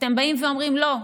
אתם באים ואומרים: לא,